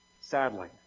sadly